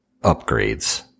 upgrades